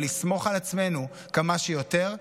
ולסמוך על עצמנו כמה שיותר,